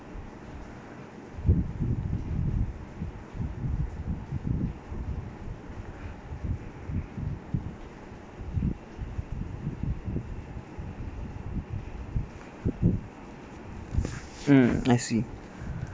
mm I see